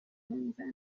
میزنه